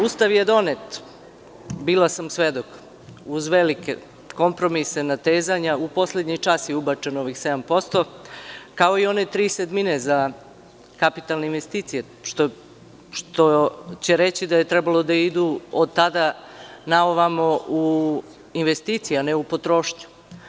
Ustav je donet, bila sam svedok, uz velike kompromise, natezanja i u poslednji čas je ubačeno ovih 7%, kao i one tri sedmine za kapitalne investicije, što će reći da je trebalo da idu od tada na ovamo u investicije, a ne u potrošnju.